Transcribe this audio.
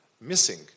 missing